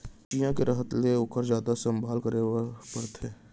चियॉ के बाढ़त ले ओकर जादा संभाल करे बर परथे